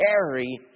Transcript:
carry